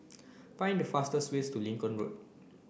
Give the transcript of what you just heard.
find the fastest way to Lincoln Road